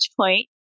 point